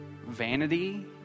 vanity